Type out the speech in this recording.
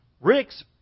Rick's